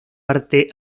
arte